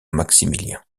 maximilien